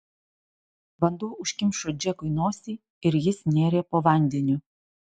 vanduo užkimšo džekui nosį ir jis nėrė po vandeniu